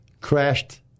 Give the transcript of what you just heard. crashed